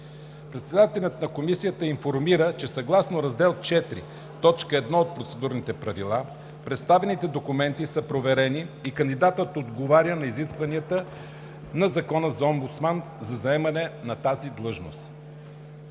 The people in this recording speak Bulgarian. Председателят на Комисията информира, че съгласно Раздел IV, т. 1 от Процедурните правила представените документи са проверени и кандидатът отговаря на изискванията на Закона за омбудсмана за заемане на тази длъжност.